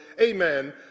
amen